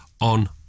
on